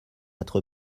être